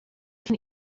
can